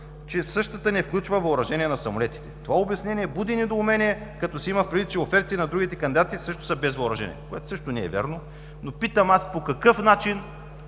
че същата не включва въоръжение на самолетите. Това обяснение буди недоумение като се има предвид, че офертите на другите кандидати също са без въоръжение – което също не е вярно, но питам аз: по какъв начин